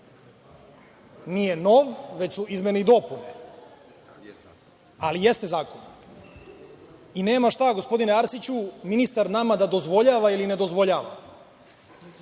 nije nov, već su izmene i dopune, ali jeste zakon i nema šta, gospodine Arsiću, ministar nama da dozvoljava ili ne dozvoljava.